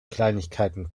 kleinigkeiten